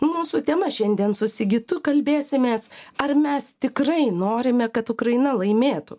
mūsų tema šiandien su sigitu kalbėsimės ar mes tikrai norime kad ukraina laimėtų